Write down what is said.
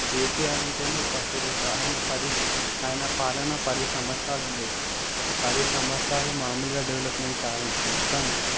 కేసీఆర్ అంటే ఒకప్పుడు ఒక ఆయన పరి ఆయన పాలన పది సంవత్సరాలు ఉండే పది సంవత్సరాలు మామూలుగా డెవలప్మెంట్ కాదండి మొత్తం